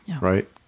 right